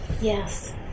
Yes